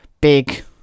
big